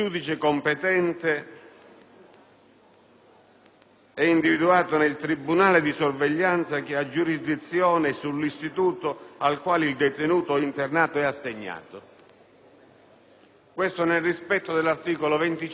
è individuato nel tribunale di sorveglianza che ha giurisdizione sull'istituto al quale il detenuto internato è assegnato. Questo nel rispetto dell'articolo 25 della Costituzione.